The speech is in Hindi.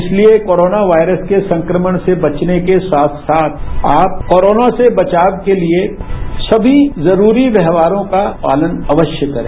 इसलिए कोरोना वायरस के संक्रमण से बचने के साथ साथ आप कोरोना से बचाव के लिए सभी जरूरी व्यवहारों का पालन अवश्य करें